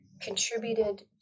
contributed